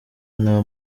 nta